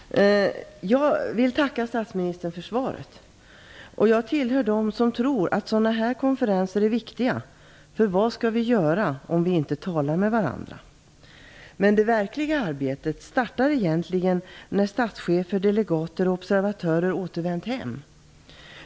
Fru talman! Jag vill tacka statsministern för svaret. Jag tillhör dem som tror att sådana här konferenser är viktiga, för vad skall vi göra om vi inte talar med varandra? Men det verkliga arbetet startar egentligen när statschefer, delegater och observatörer återvänt hem.